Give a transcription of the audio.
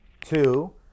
Two